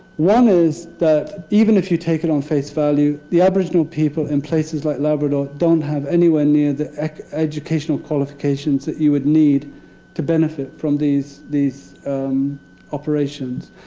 one is that even if you take it on face value, the aboriginal people in places like labrador don't have anywhere near the educational qualifications that you would need to benefit from these these operations.